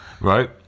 Right